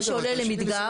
מה שעולה למדגם.